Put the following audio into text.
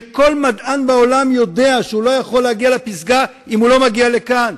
שכל מדען בעולם ידע שהוא לא יכול להגיע לפסגה אם הוא לא מגיע לכאן,